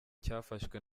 cyafashwe